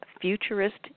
futurist